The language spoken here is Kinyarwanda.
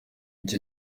icyo